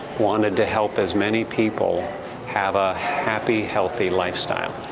wanted to help as many people have a happy, healthy lifestyle.